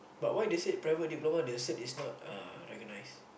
but why they said private diploma the cert is not uh recognised